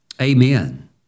Amen